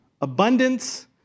abundance